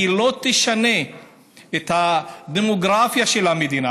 כי זה לא ישנה את הדמוגרפיה של המדינה.